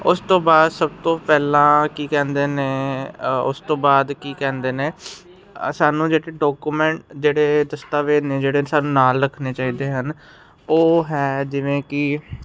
ਉਸ ਤੋਂ ਬਾਅਦ ਸਭ ਤੋਂ ਪਹਿਲਾਂ ਕੀ ਕਹਿੰਦੇ ਨੇ ਉਸ ਤੋਂ ਬਾਅਦ ਕੀ ਕਹਿੰਦੇ ਨੇ ਸਾਨੂੰ ਜਿਹੜੀ ਡਾਕੂਮੈਂਟ ਜਿਹੜੇ ਦਸਤਾਵੇਜ਼ ਨੇ ਜਿਹੜੇ ਸਾਡੇ ਨਾਲ ਰੱਖਣੇ ਚਾਹੀਦੇ ਹਨ ਉਹ ਹੈ ਜਿਵੇਂ ਕਿ